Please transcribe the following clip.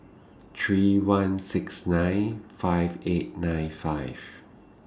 three one six nine five eight nine five